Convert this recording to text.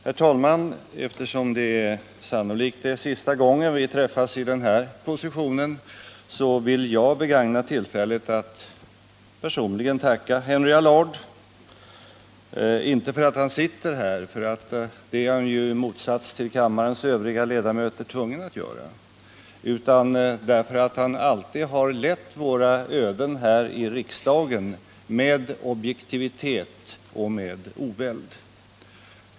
Herr talman! Eftersom det sannolikt är sista gången Henry Allard och jag träffas i den här positionen vill jag begagna tillfället att personligen tacka honom inte för att han sitter här — det är han ju i motsats till kammarens övriga ledamöter tvungen att göra — utan därför att han alltid har lett våra öden här i riksdagen med objektivitet och med oväld.